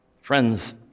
Friends